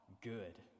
good